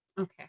Okay